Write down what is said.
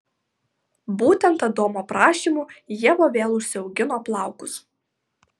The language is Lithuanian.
būtent adomo prašymu ieva vėl užsiaugino plaukus